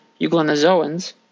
euglenozoans